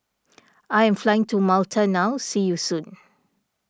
I am flying to Malta now see you soon